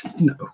No